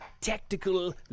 tactical